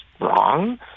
wrong